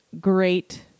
great